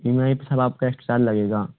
E M I पर सब आपका एक्स्ट्रा लगेगा